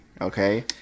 okay